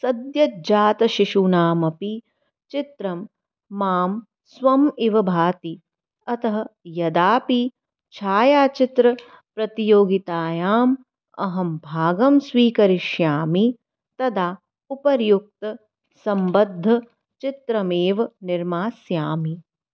सद्योजातशिशूनाम् अपि चित्रं मां स्वम् इव भाति अतः यदापि छायाचित्रप्रतियोगितायाम् अहं भागं स्वीकरिष्यामि तदा उपर्युक्तसम्बद्धचित्रमेव निर्मास्यामि